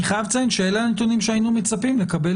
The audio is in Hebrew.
אני חייב לציין שאלה הנתונים שהיינו מצפים לקבל